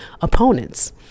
opponents